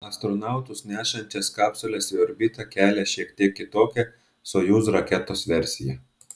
astronautus nešančias kapsules į orbitą kelia šiek tiek kitokia sojuz raketos versija